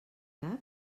cap